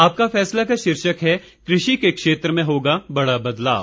आपका फैसला का शीर्षक है कृषि के क्षेत्र में होगा बड़ा बदलाव